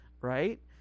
Right